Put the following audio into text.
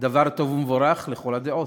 דבר טוב ומבורך לכל הדעות.